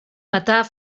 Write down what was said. matar